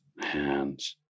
hands